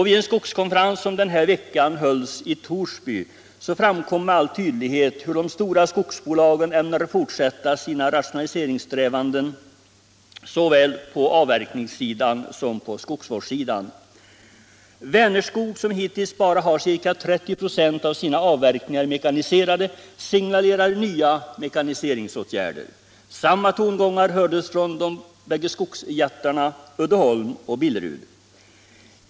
Vid en skogskonferens, som den här veckan hölls i Torsby, framkom med all tydlighet hur de stora skogsbolagen ämnar fortsätta sina rationaliseringssträvanden, såväl på avverkningssidan som på skogsvårdssidan. Vänerskog, som hittills bara har ca 30 96 av sina avverkningar mekaniserade, signalerar nya mekaniseringsåtgärder. Samma tongångar hördes från de båda skogsjättarna Uddeholm och Billerud.